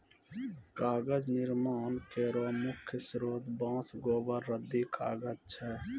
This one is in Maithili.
कागज निर्माण केरो मुख्य स्रोत बांस, गोबर, रद्दी कागज छै